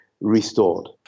restored